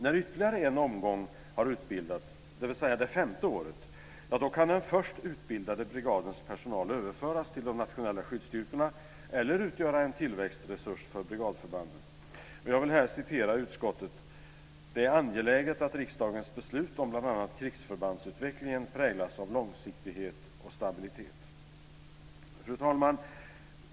När ytterligare en omgång har utbildats, dvs. det femte året, kan den först utbildade brigadens personal överföras till de nationella skyddsstyrkorna eller utgöra tillväxtresurs för brigadförbanden. Jag vill här citera utskottet: "Det är angeläget att riksdagens beslut om bland annat krigsförbandsutvecklingen präglas av långsiktighet och stabilitet." Fru talman!